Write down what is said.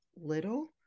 little